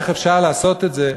איך אפשר לעשות את זה,